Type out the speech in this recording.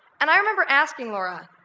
and i remember asking laura,